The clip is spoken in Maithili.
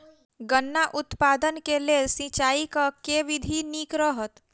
गन्ना उत्पादन केँ लेल सिंचाईक केँ विधि नीक रहत?